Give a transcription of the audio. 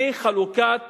בחלוקת